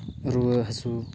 ᱨᱩᱣᱟᱹᱼᱦᱟᱹᱥᱩ